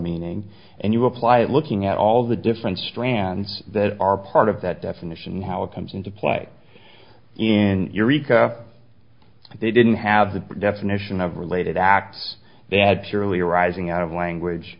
meaning and you apply it looking at all of the different strands that are part of that definition and how it comes into play in eureka they didn't have the definition of related acts they had purely arising out of language